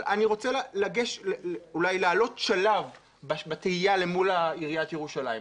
אבל אני רוצה לעלות שלב בתהייה מול עיריית ירושלים.